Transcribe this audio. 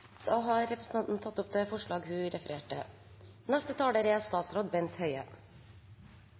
Da har representanten Stein Erik Lauvås tatt opp det forslaget han viste til. Det er